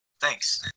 Thanks